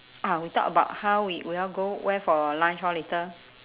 ah we talk about how we we all go where for lunch lor later